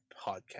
podcast